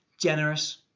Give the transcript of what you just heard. Generous